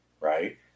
right